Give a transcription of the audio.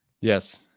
Yes